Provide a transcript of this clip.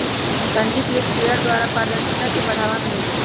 पंजीकृत शेयर द्वारा पारदर्शिता के बढ़ाबा मिलइ छै